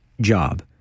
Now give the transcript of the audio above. job